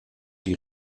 die